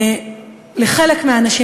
לחלק מהאנשים,